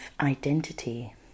identity